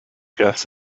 guess